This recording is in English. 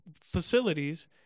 facilities